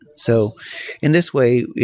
so in this way,